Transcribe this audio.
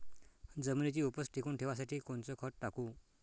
जमिनीची उपज टिकून ठेवासाठी कोनचं खत टाकू?